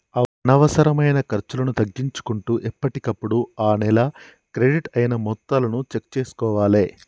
అనవసరమైన ఖర్చులను తగ్గించుకుంటూ ఎప్పటికప్పుడు ఆ నెల క్రెడిట్ అయిన మొత్తాలను చెక్ చేసుకోవాలే